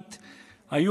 על פי